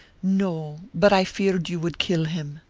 no, but i feared you would kill him.